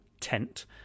tent